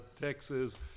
Texas